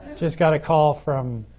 just got a call from